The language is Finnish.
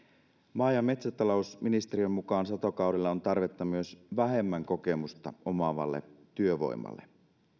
maa ja metsätalousministeriön mukaan satokaudella on tarvetta myös vähemmän kokemusta omaavalle työvoimalle